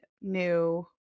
new